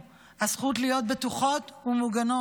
הזכות שלנו על גופנו, הזכות להיות בטוחות ומוגנות.